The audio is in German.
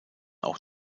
auch